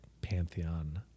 pantheon